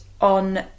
on